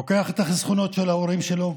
לוקח את החסכונות של ההורים שלו.